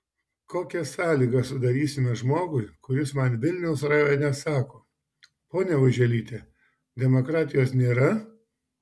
kokias sąlygas sudarysime žmogui kuris man vilniaus rajone sako ponia oželyte demokratijos nėra